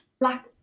Black